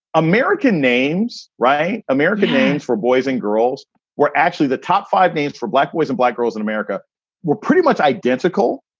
american names, right. american names for boys and girls were actually the top five names for black boys and black girls in america were pretty much identical.